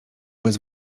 bez